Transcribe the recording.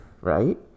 right